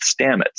Stamets